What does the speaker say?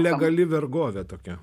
legali vergovė tokia